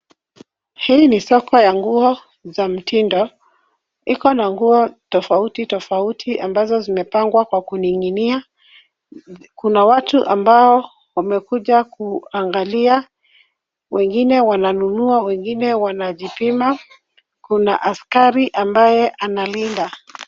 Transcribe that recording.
Hii ni soko ya nguo za mtindo iko na nguo tofauti tofauti ambazo zimepangwa kwa kuninginia kuna watu ambao wamekuja kuangalia wengine wananunua wengine wanajipima kuna askari ambaye analinda.